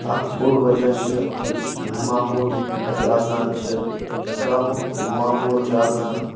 اَکھ بوٚڑ وَجہ چھ یُس ماحول اَسہِ آسان چھُ گامُک ماحول چھُ آسان